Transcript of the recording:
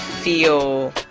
feel